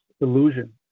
illusion